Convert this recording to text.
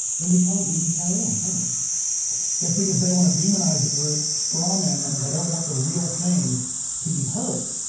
then we can't even carry on can we it's because they want to demonize a group strawman them and they don't want the real thing to be heard